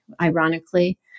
ironically